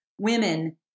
women